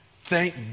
Thank